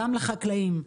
גם לחקלאים.